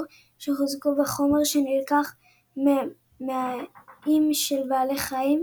שחוזקו בחומר שנלקח ממעיים של בעלי חיים,